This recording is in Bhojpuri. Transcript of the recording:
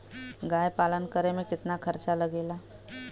गाय पालन करे में कितना खर्चा लगेला?